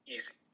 Easy